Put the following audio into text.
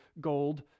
gold